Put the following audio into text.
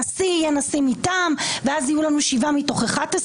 גם הנשיא יהיה נשיא מטעם ויהיו לנו שבעה מתוך 11,